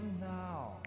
now